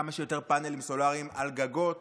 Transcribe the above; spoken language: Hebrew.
כמה שיותר פאנלים סולאריים על גגות